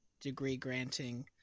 degree-granting